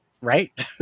Right